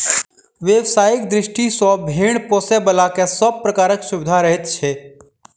व्यवसायिक दृष्टि सॅ भेंड़ पोसयबला के सभ प्रकारक सुविधा रहैत छै